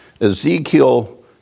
Ezekiel